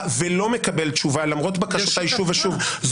ולא מקבל תשובה למרות בקשותיי שוב ושוב.